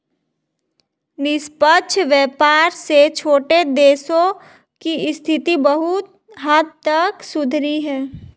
निष्पक्ष व्यापार से छोटे देशों की स्थिति बहुत हद तक सुधरी है